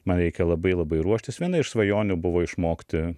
man reikia labai labai ruoštis viena iš svajonių buvo išmokti